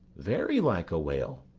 very like a whale.